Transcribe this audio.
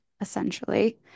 essentially